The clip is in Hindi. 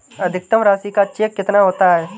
अधिकतम राशि का चेक कितना होता है?